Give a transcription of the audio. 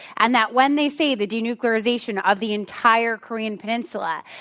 and that when they say the denuclearization of the entire korean peninsula,